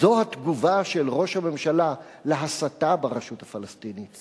זו התגובה של ראש הממשלה להסתה ברשות הפלסטינית,